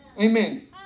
Amen